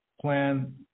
plan